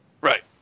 Right